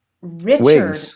Richard